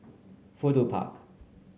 Fudu Park